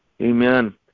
Amen